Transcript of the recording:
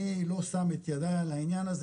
אני לא שם את ידיי על הענין הזה,